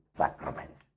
sacrament